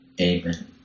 Amen